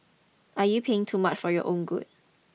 are you playing too much for your own good